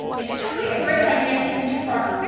it's simply a great idea taken too far.